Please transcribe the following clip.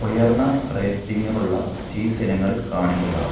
ഉയർന്ന റേറ്റിംഗുകളുള്ള ചീസ് ഇനങ്ങൾ കാണിക്കുക